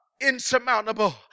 insurmountable